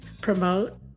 promote